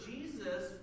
Jesus